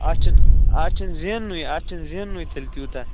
اتھ چھُنہٕ اتھ چھُنہٕ زیننُے اَتھ چھُنہٕ زیننُے تیٚلہِ تیوٗتاہ